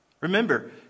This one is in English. Remember